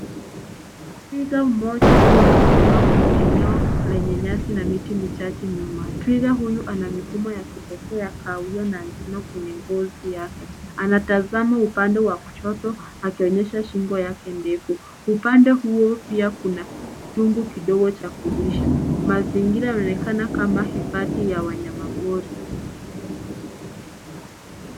Twiga mmoja akiwa amesimama kwenye eneo lenye nyasi na miti michache nyuma. Twiga huyu ana mifumo ya kipekee ya kahawia na madoa kwenye ngozi yake. Anatazama upande wa kushoto akionyesha shingo yake ndefu. Upande huo pia kuna chungu kidogo cha kulisha. Mazingira yanaonekana kama hifadhi ya wanyama pori.